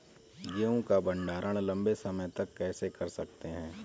गेहूँ का भण्डारण लंबे समय तक कैसे कर सकते हैं?